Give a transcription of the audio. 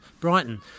Brighton